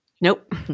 Nope